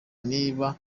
niba